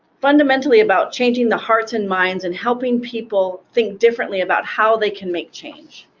fundamentally about changing the hearts and minds and helping people think differently about how they can make change.